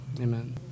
Amen